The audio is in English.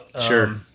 Sure